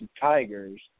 Tigers